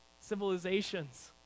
civilizations